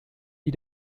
wie